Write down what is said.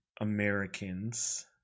Americans